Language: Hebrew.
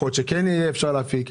אולי כן אפשר יהיה להפיק.